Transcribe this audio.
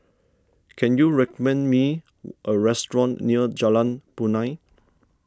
can you recommend me a restaurant near Jalan Punai